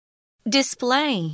Display